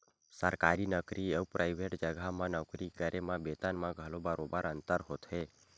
सरकारी नउकरी अउ पराइवेट जघा म नौकरी करे म बेतन म घलो बरोबर अंतर होथे